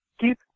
Keep